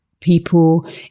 people